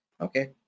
Okay